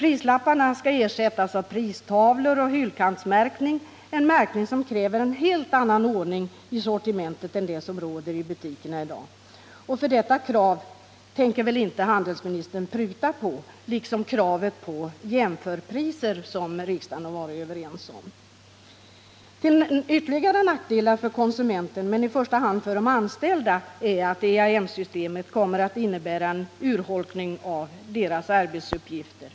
Prislapparna skall nämligen ersättas av pristavlor och hyllkantsmärkning, en märkning som kräver en helt annan ordning i sortimentet än den som i dag råder i butikerna. För detta krav, liksom kravet på jämförpriser som riksdagen varit överens om, tänker väl inte handelsministern pruta på? Till ytterligare nackdel för konsumenten men i första hand för de anställda är att EAN-systemet kommer att innebära en urholkning av arbetsuppgifterna.